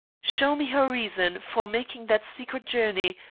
show me her reason for making that secret journey,